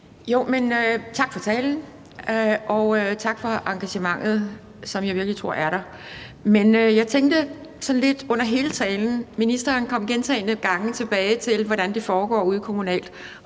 for det, tak for talen, og tak for engagementet, som jeg virkelig tror er der. Men jeg tænkte sådan lidt på noget under hele talen. Ministeren kom gentagne gange tilbage til, hvordan det foregår ude kommunalt,